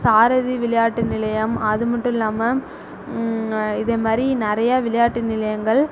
சாரதி விளையாட்டு நிலையம் அது மட்டும் இல்லாமல் இதேமாரி நிறைய விளையாட்டு நிலையங்கள்